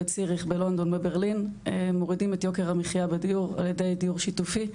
בציריך בלונדון בברלין מורידים את יוקר המחיה בדיור על ידי דיור שיתופי.